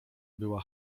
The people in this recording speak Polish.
była